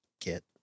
Get